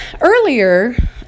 earlier